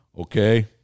okay